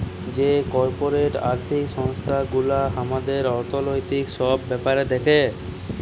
যে কর্পরেট আর্থিক সংস্থান গুলা হামাদের অর্থনৈতিক সব ব্যাপার দ্যাখে